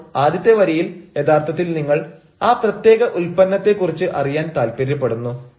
അപ്പോൾ ആദ്യത്തെ വരിയിൽ യഥാർത്ഥത്തിൽ നിങ്ങൾ ആ പ്രത്യേക ഉൽപ്പന്നത്തെ കുറിച്ച് അറിയാൻ താല്പര്യപ്പെടുന്നു